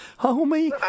homie